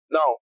Now